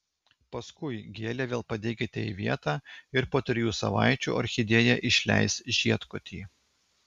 paskui gėlę vėl padėkite į vietą ir po trijų savaičių orchidėja išleis žiedkotį